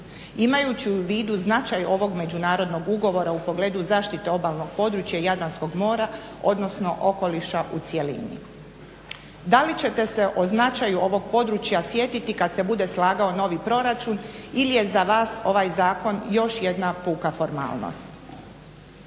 imajući u vidu značaj ovog međunarodnog ugovora u pogledu zaštite obalnog područja Jadranskog mora odnosno okoliša u cjelini. Da li ćete se o značaju ovog područja sjetiti kada se bude slagao novi proračun ili je za vas ovaj zakon još jedna puka formalnost?